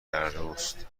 درست